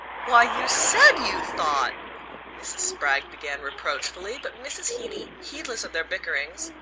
why, you said you thought mrs. spragg began reproachfully but mrs. heeny, heedless of their bickerings,